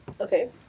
Okay